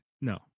No